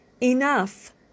enough